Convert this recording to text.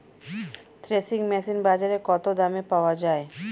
Threshing machine বাজারে কত দামে পাওয়া যায়?